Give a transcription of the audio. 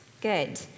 Good